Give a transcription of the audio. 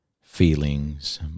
feelings